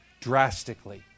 drastically